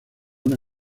una